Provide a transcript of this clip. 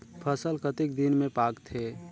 फसल कतेक दिन मे पाकथे?